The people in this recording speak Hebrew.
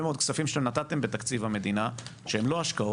מאוד כספים שנתתם בתקציב המדינה שהם לא השקעות,